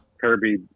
Kirby